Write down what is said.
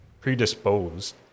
predisposed